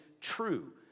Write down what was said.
true